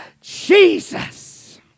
Jesus